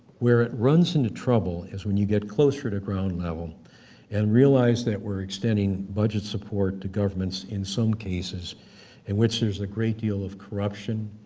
where it runs into trouble is when you get closer to ground level and realize that we're extending budget support to governments in some cases in which there's a great deal of corruption,